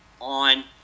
on